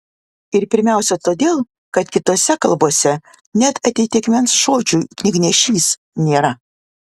ir pirmiausia todėl kad kitose kalbose net atitikmens žodžiui knygnešys nėra